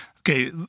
Okay